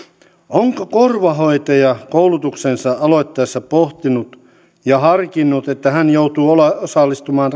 onko korvahoitaja koulutuksensa aloittaessa pohtinut ja harkinnut että hän joutuu osallistumaan